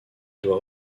doit